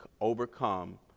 overcome